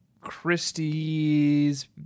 Christie's